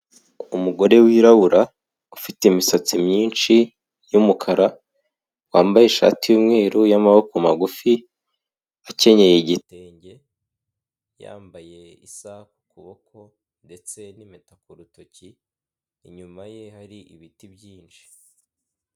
Umugore wirabura ufite imisatsi myinshi y'umukara wambaye ishati y'umweru y'amaboko magufi akenyeye igitenge yambaye isaha ku kuboko ndetse ni'mpeta ku rutoki inyuma ye hari ibiti byinshi.